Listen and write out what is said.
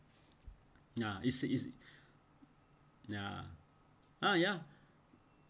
ya it's easy ya ah ya